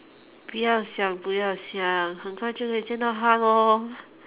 不要想不要想很快就会见到她了哦